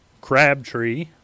Crabtree